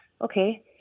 okay